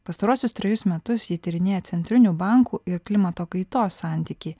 pastaruosius trejus metus ji tyrinėja centrinių bankų ir klimato kaitos santykį